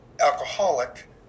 alcoholic